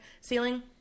ceiling